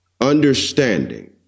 understanding